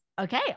okay